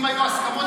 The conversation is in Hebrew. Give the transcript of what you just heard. מה זאת אומרת?